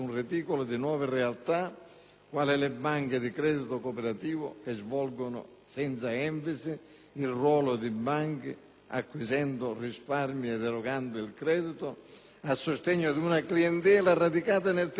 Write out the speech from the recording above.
quali le banche di credito cooperativo che svolgono, senza enfasi, il ruolo di banche *retail* acquisendo risparmio ed erogando il credito a sostegno di una clientela radicata nel territorio in termini produttivi.